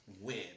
win